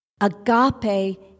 Agape